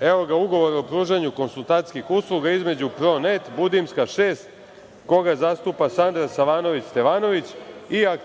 Evo ga ugovor o pružanju konsultantskih usluga između „Pronet“ Budimska 6, koga zastupa Sandra Savanović Stevanović, i AD